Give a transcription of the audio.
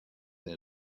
they